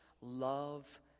love